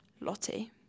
Lottie